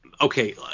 okay